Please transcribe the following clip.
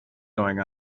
going